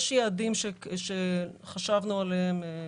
יש יעדים שחשבנו עליהם.